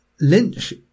Lynch